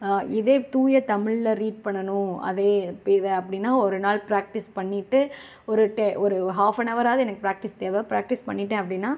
இதே தூய தமிழ்ல ரீட் பண்ணணும் அதயே இப்போ இதை அப்படின்னா ஒரு நாள் பிராக்டிஸ் பண்ணிட்டு ஒரு டெ ஒரு ஹாஃப் அன் ஹவராவது எனக்கு பிராக்டிஸ் தேவை பிராக்டிஸ் பண்ணிட்டேன் அப்படின்னா